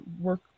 work